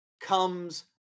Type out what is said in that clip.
comes